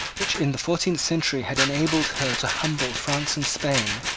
which, in the fourteenth century had enabled her to humble france and spain,